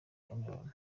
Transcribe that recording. cameroun